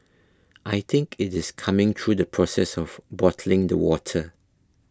I think it is coming through the process of bottling the water